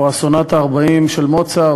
או הסונטה ה-40 של מוצרט,